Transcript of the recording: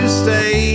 stay